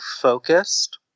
focused